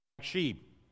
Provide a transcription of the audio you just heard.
sheep